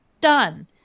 done